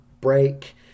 break